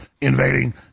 invading